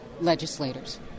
legislators